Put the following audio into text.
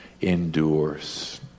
endures